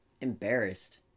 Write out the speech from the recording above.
embarrassed